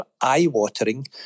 eye-watering